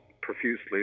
profusely